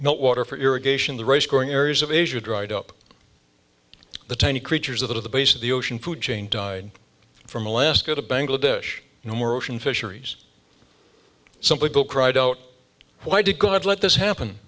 no water for irrigation the rice growing areas of asia dried up the tiny creatures of the base of the ocean food chain died from alaska to bangladesh no more ocean fisheries simply bull cried out why did god let this happen